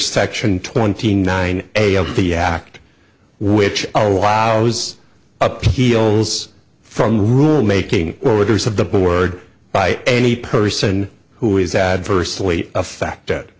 section twenty nine a the act which allows appeals from rule making orders of the board by any person who is adversely affected